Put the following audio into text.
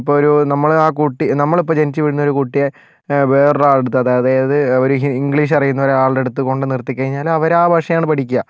ഇപ്പോൾ ഒരു നമ്മൾ ആ കുട്ടി നമ്മളിപ്പോൾ ജനിച്ചുവീഴുന്നൊരു കുട്ടിയെ വേറൊരു ആളുടെ അടുത്ത് അതായത് ഒരു ഹി ഇംഗ്ലീഷ് അറിയുന്ന ഒരാളുടെ അടുത്ത് കൊണ്ട് നിർത്തിക്കഴിഞ്ഞാൽ അവർ ആ ഭാഷയാണ് പഠിക്കുക